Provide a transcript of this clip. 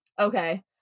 Okay